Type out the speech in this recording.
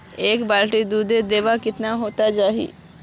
एक लीटर भैंसेर दूध औसतन कतेक किलोग्होराम ना चही?